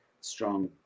strong